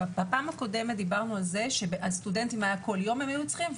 בפעם הקודמת דיברנו על מתווה שהסטודנטים כל יום צריכים,